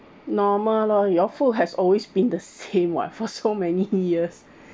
normal lor your food has always been the same [what] for so many years